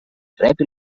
rebi